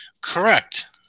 Correct